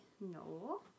No